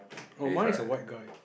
oh mine is a white guy